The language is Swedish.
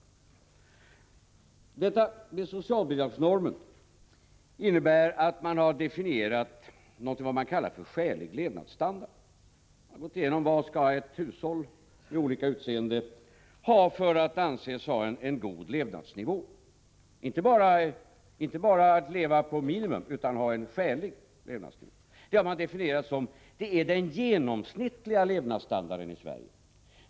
Socialbidragsnormen innebär att man har definierat vad man kallar skälig levnadsstandard. Man har gått igenom vad hushåll av olika utseenden skall ha för att anses ha en god levnadsnivå —- inte bara leva på minimum utan ha en skälig levnadsnivå. Detta har man definierat som den genomsnittliga levnadsstandarden i Sverige.